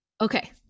okay